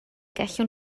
gallwn